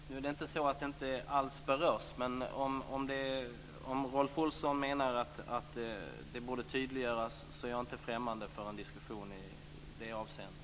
Fru talman! Nu är det inte så att det inte alls berörs. Men om Rolf Olsson menar att det borde tydliggöras är jag inte främmande för en diskussion i det avseendet.